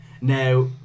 Now